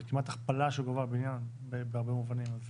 זה כמעט הכפלה של גובה הבנין בהרבה מובנים.